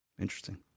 Interesting